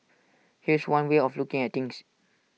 here's one way of looking at things